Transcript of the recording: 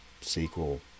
sequel